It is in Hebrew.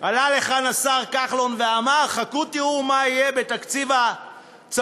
עלה לכאן השר כחלון ואמר: חכו תראו מה יהיה בתקציב הצפון.